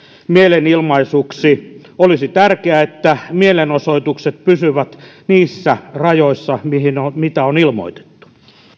mielenilmaisuksi olisi tärkeää että mielenosoitukset pysyvät niissä rajoissa mitä on ilmoitettu